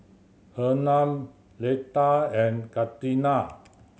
Hernan Leta and Katina